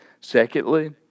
Secondly